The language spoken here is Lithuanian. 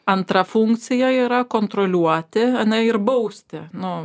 antra funkcija yra kontroliuoti ane ir bausti nu